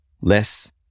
less